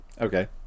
Okay